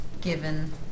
given